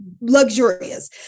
luxurious